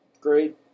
great